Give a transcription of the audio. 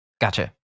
Gotcha